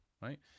right